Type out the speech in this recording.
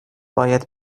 باید